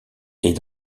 est